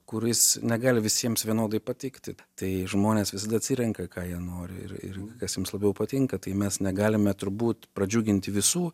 kuris negali visiems vienodai patikti tai žmonės visada atsirenka ką jie nori ir ir kas jiems labiau patinka tai mes negalime turbūt pradžiuginti visų